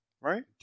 Right